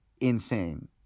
insane